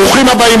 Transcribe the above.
ברוכים הבאים,